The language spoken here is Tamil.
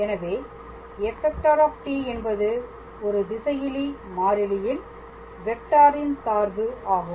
எனவே f ⃗ என்பது ஒரு திசையிலி மாறிலியில் வெக்டாரின் சார்பு ஆகும்